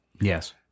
Yes